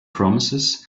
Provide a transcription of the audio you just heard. promises